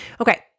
Okay